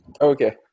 Okay